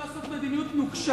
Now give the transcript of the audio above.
שאפשר לעשות גם מדיניות נוקשה,